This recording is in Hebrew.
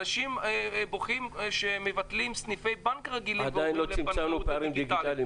אנשים בוכים שמבטלים סניפי בנק רגילים ועוברים לבנקאות דיגיטלית.